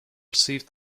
received